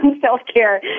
self-care